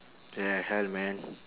yeah hell man